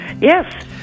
Yes